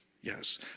Yes